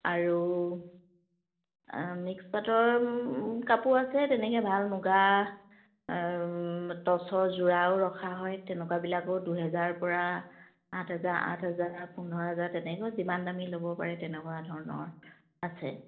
আৰু মিক্স পাটৰ কাপোৰ আছে তেনেকৈ ভাল মুগা টচৰ যোৰাও ৰখা হয় তেনেকুৱাবিলাকো দুহেজাৰৰপৰা আঠ হেজাৰ আঠ হেজাৰ পোন্ধৰ হাজাৰ তেনেকৈ যিমান দামী ল'ব পাৰে তেনেকুৱা ধৰণৰ আছে